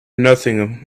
nothing